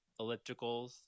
ellipticals